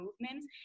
movements